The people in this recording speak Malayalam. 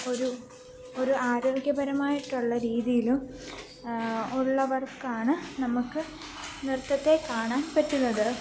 ഒരു ഒരു ആരോഗ്യപരമായിട്ടുള്ള രീതിയിലും ഉള്ളവർക്കാണ് നമുക്ക് നൃത്തത്തെ കാണാൻ പറ്റുന്നത്